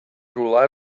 rhywle